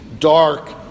dark